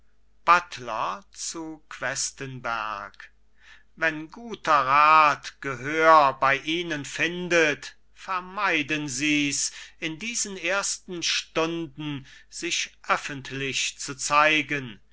buttler zu questenberg wenn guter rat gehör bei ihnen findet vermeiden sies in diesen ersten stunden sich öffentlich zu zeigen